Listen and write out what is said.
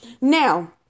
Now